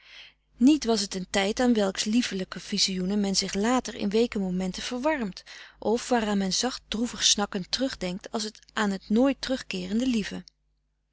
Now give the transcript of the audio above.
niet was het een tijd aan welks liefelijke visioenen men zich later in weeke momenten verwarmt of waaraan men zacht droevig snakkend terugdenkt als aan het nooit terugkeerende lieve